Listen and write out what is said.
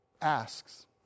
asks